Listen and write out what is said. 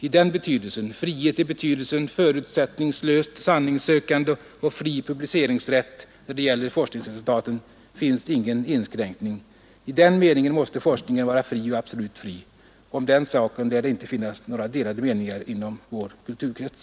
I denna betydelse — frihet i betydelsen förutsättningslöst sanningssökande och fri publiceringsrätt när det gäller forskningsresultaten — finns ingen inskränkning. I den meningen måste forskningen vara fri, absolut fri. Om den saken lär det inte finnas några delade meningar inom vår kulturkrets.